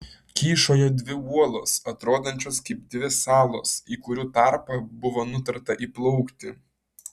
kyšojo dvi uolos atrodančios kaip dvi salos į kurių tarpą buvo nutarta įplaukti